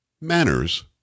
manners